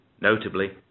Notably